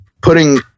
putting